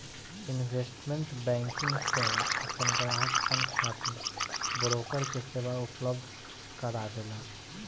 investment banking सेवा आपन ग्राहक सन खातिर ब्रोकर के सेवा उपलब्ध करावेला